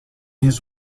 his